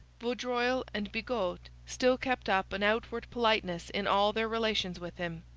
vaudreuil and bigot still kept up an outward politeness in all their relations with him.